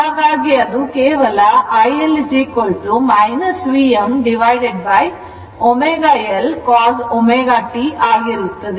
ಹಾಗಾಗಿ ಅದು ಕೇವಲ iL Vmω L cos ω t ಆಗಿರುತ್ತದೆ